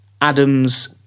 Adams